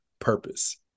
purpose